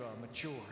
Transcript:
mature